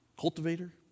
cultivator